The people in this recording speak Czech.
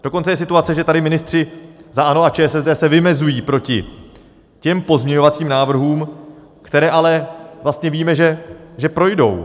Dokonce je situace, že tady ministři za ANO a ČSSD se vymezují proti pozměňovacím návrhům, které ale vlastně víme, že projdou.